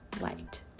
light